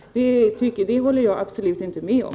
Det håller jag absolut inte med om.